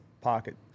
pocket